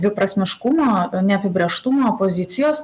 dviprasmiškumo neapibrėžtumo pozicijos